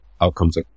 outcomes